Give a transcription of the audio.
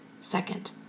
second